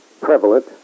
prevalent